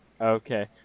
Okay